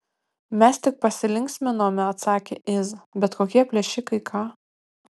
mes tik pasilinksminome atsakė iz bet kokie plėšikai ką